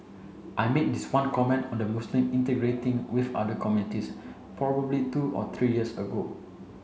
I made this one comment on the Muslim integrating with other communities probably two or three years ago